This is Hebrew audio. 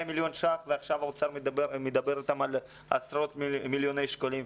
מיליון שקלים ועכשיו האוצר מדבר איתם על עשרות מיליוני שקלים.